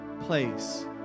place